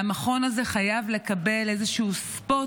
והמכון הזה חייב לקבל איזשהו spot,